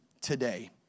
today